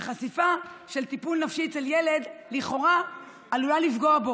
וחשיפה של טיפול נפשי אצל ילד לכאורה עלולה לפגוע בו,